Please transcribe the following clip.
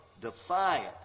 defiant